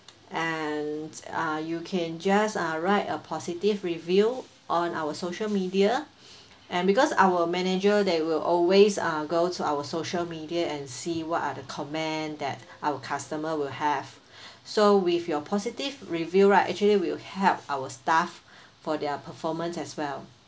and uh you can just uh write a positive review on our social media and because our manager they will always uh go to our social media and see what are the comment that our customer will have so with your positive review right actually will help our staff for their performance as well